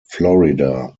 florida